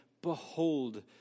Behold